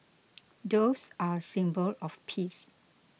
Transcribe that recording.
doves are a symbol of peace